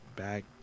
Back